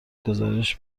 گزارش